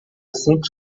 sempre